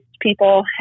people